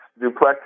duplex